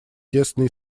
тесные